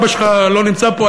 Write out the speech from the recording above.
אבא שלך לא נמצא פה,